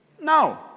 No